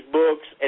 books